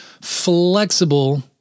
flexible